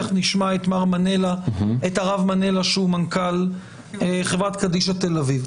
תיכף נשמע את הרב מנלה, מנכ"ל חברת קדישא תל אביב.